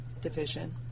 division